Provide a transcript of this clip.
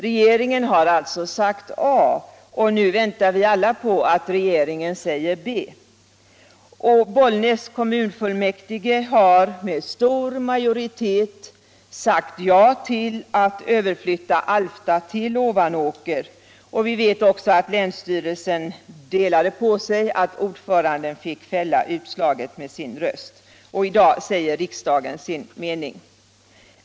Regeringen har alltså sagt A, och nu väntar vi alla på att regeringen säger B. Bollnäs kommunfullmäktige har med stor majoritet sagt ja till att överflytta Alfta till Ovanåker. Vi vet också att länsstyrelsen delade på sig, att ordföranden fick fälla utslaget med sin röst. Och i dag säger riksdagen sin mening.